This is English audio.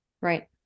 Right